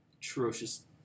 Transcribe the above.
atrocious